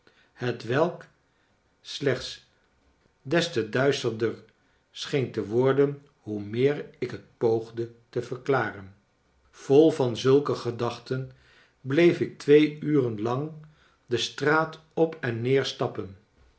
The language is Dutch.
hetwelk slechts des te duisterder scheen te worden hoe meer ik het poogde te verklaren vol van zulke gedachten bleef ik twee uren lang de straat op en neer stappen